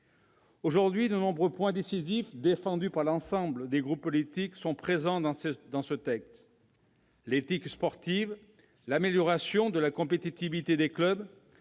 Aujourd'hui, de nombreux points décisifs, défendus par l'ensemble des groupes politiques, sont présents dans ce texte : l'éthique sportive, l'amélioration de la compétitivité des clubs,